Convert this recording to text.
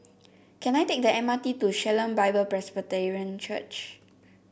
can I take the M R T to Shalom Bible Presbyterian Church